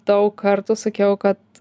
daug kartų sakiau kad